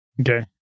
Okay